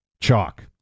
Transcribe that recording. chalk